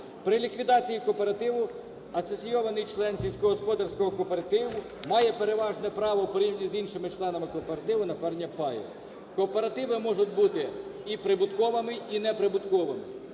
При ліквідації кооперативу асоційований член сільськогосподарського кооперативу має переважне право, в порівняні з іншими членами кооперативу, на повернення паю. Кооперативи можуть бути і прибутковими, і неприбутковими.